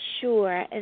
sure